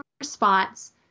response